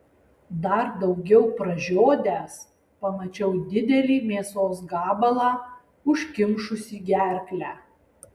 dar daugiau pražiodęs pamačiau didelį mėsos gabalą užkimšusį gerklę